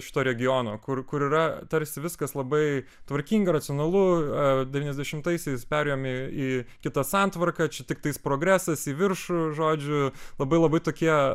šito regiono kur kur yra tarsi viskas labai tvarkinga racionalu devyniasdešimtaisiais perėjom į kitą santvarką čia tiktais progresas į viršų žodžiu labai labai tokie